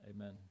amen